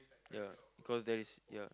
ya because there is ya